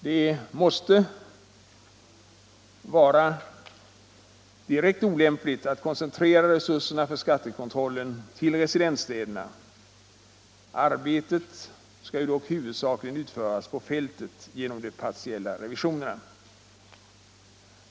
Det måste vara direkt olämpligt att koncentrera resurserna för skattekontrollen till residensstäderna. Arbetet skall dock huvudsakligen utföras på fältet genom partiella revisioner.